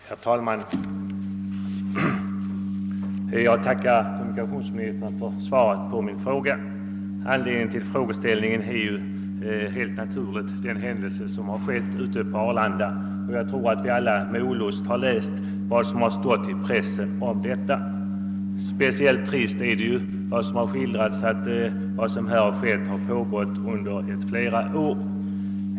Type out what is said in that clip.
Herr talman! Jag tackar kommunikationsministern för svaret på min fråga. Anledningen till att den ställdes är helt naturligt vad som inträffat ute på Arlanda. Jag tror att vi alla med olust läst vad som stått i pressen om detta. Speciellt trist i skildringarna är det förhållandet att vad som skett pågått under flera år.